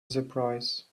surprise